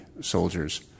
soldiers